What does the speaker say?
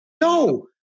No